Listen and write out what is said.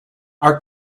our